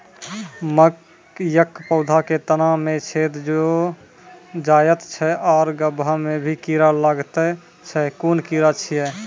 मकयक पौधा के तना मे छेद भो जायत छै आर गभ्भा मे भी कीड़ा लागतै छै कून कीड़ा छियै?